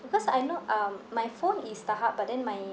because I know um my phone is Starhub but then my